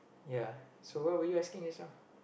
ya so what were you asking just now